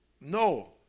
No